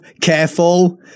careful